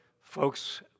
folks